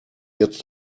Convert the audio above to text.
jetzt